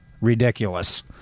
ridiculous